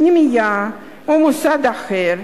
פנימייה או מוסד אחר,